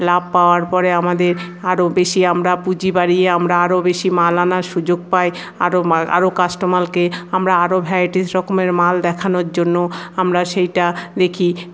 লাভ পাওয়ার পরে আমাদের আরো বেশি আমরা পুঁজি বাড়িয়ে আমরা আরও বেশি মাল আনার সুযোগ পাই আরো কাস্টোমারকে আমরা আরো ভ্যারাইটিস রকমের মাল দেখানোর জন্য আমরা সেইটা দেখি